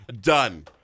Done